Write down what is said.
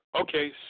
okay